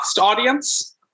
audience